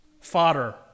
fodder